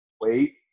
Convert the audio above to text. wait